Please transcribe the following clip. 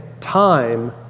time